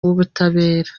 w’ubutabera